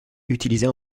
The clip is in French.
utilisés